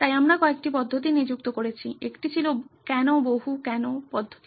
তাই আমরা কয়েকটি পদ্ধতি নিযুক্ত করেছি একটি ছিল কেন বহু কেনো পদ্ধতি